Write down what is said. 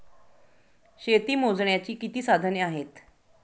शेती मोजण्याची किती साधने आहेत?